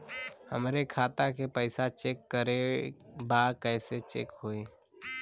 हमरे खाता के पैसा चेक करें बा कैसे चेक होई?